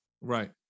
Right